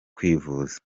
kwivuza